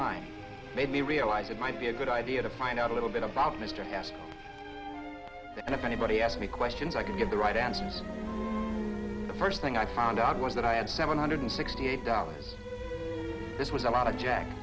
line made me realize it might be a good idea to find out a little bit about mr s and if anybody asked me questions i could give the right answers the first thing i found out was that i had seven hundred sixty eight dollars this was a lot of jack